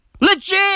Legit